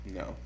no